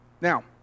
Now